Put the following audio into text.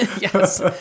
Yes